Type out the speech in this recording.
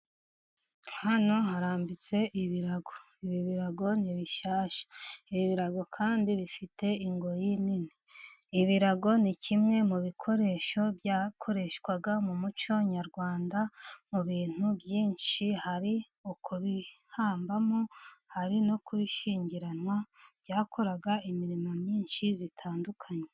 Hano harambitse ibirago. Ibi birago ni bishyashya. Ibi birago kandi bifite ingoyi nini. Ibirago ni kimwe mu bikoresho byakoreshwaga mu muco nyarwanda mu bintu byinshi, hari ukubihambamo, hari no kubishyingiranwa, byakoraga imirimo myinshi itandukanye.